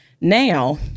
Now